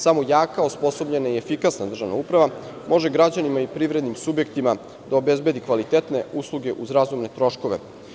Samo jaka, osposobljena i efikasna državna uprava može građanima i privrednim subjektima da obezbedi kvalitetne usluge, uz razumne troškove.